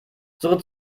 suche